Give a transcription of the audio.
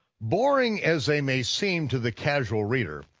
boring as they may seem to the casual reader,